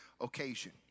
occasion